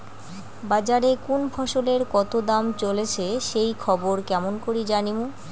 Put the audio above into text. বাজারে কুন ফসলের কতো দাম চলেসে সেই খবর কেমন করি জানীমু?